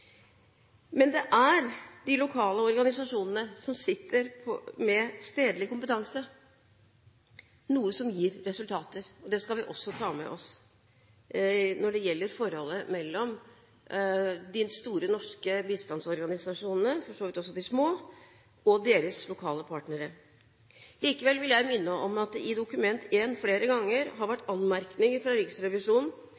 Men det er de lokale organisasjonene som sitter med stedlig kompetanse, noe som gir resultater. Det skal vi også ta med oss når det gjelder forholdet mellom de store norske bistandsorganisasjonene – for så vidt også de små – og deres lokale partnere. Likevel vil jeg minne om at det i Dokument 1 flere ganger har